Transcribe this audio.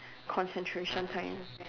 concentration time